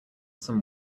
some